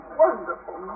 wonderful